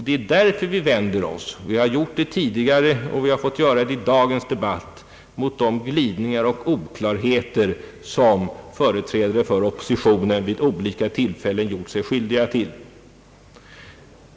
Det är därför vi vänder oss — vi har gjort det tidigare och vi får göra det också i dagens debatt — mot de glidningar och oklarheter som företrädare för oppositionen vid olika tillfällen gjort sig skyldiga till.